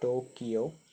Tokyo